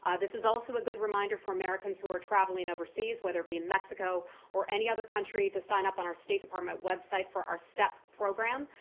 this is also a good reminder for americans who are traveling overseas, whether it be mexico or any other country, to sign up on our state department website for our step program.